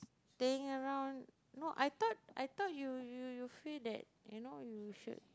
staying around no I thought I thought you you you free that you know you should